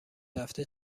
رفته